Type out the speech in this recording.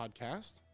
podcast